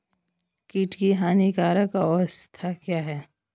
कीट की हानिकारक अवस्था क्या है?